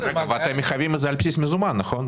אתם מחייבים את זה על בסיס מזומן, נכון?